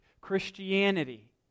Christianity